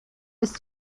ist